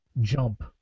jump